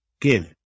Give